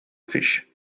fish